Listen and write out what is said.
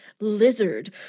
lizard